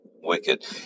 wicked